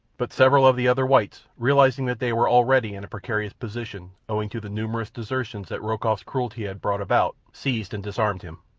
but several of the other whites, realizing that they were already in a precarious position owing to the numerous desertions that rokoff's cruelty had brought about, seized and disarmed him.